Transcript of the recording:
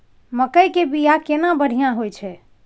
मकई के बीया केना बढ़िया होय छै?